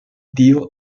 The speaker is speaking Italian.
dio